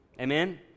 Amen